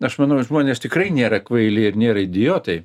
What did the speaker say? aš manau žmonės tikrai nėra kvaili ir nėra idiotai